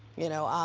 you know, ah